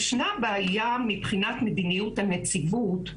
ישנה בעיה מבחינת מדיניות הנציבות,